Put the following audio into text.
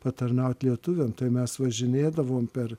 patarnaut lietuviam tai mes važinėdavom per